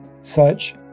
Search